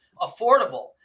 affordable